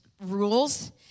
rules